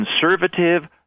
conservative